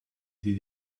did